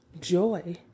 joy